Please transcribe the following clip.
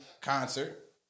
concert